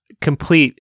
complete